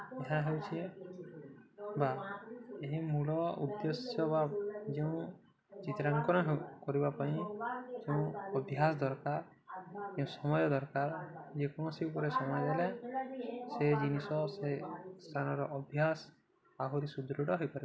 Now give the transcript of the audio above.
ଏହା ହେଉଛି ବା ଏହି ମୂଳ ଉଦ୍ଦେଶ୍ୟ ବା ଯେଉଁ ଚିତ୍ରାଙ୍କନ କରିବା ପାଇଁ ଯେଉଁ ଅଭ୍ୟାସ ଦରକାର ଯେଉଁ ସମୟ ଦରକାର ଯେକୌଣସି ଉପରେ ସମୟ ଦେଲେ ସେ ଜିନିଷ ସେ ସ୍ଥାନର ଅଭ୍ୟାସ ଆହୁରି ସୁଦୃଢ଼ ହୋଇପାରେ